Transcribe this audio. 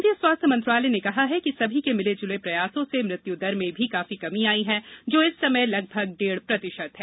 केन्द्रीय स्वास्थ्य मंत्रालय ने कहा है कि सभी के मिले जुले प्रयासों से मृत्युदर में भी काफी कमी आई है जो इस समय लगभग डेढ़ प्रतिशत है